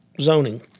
zoning